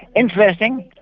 interesting.